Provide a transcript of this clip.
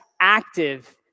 active